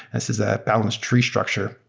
this is a balanced tree structure.